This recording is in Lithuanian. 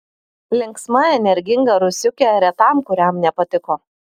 linksma energinga rusiukė retam kuriam nepatiko